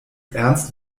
ernst